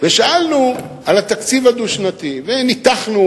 ושאלנו על התקציב הדו-שנתי, וניתחנו